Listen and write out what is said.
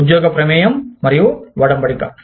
ఉద్యోగ ప్రమేయం మరియు ఒడంబడిక